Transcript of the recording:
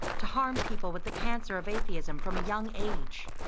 to harm people with the cancer of atheism from a young age.